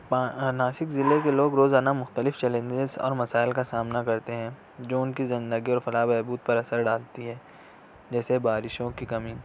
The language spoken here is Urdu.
پا ناسک ضلع کے لوگ روزانہ مختلف چیلنجز اور مسائل کا سامنا کرتے ہیں جو ان کی زندگی اور فلاح و بہبود پر اثر ڈالتی ہے جیسے بارشوں کی کمی